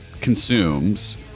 consumes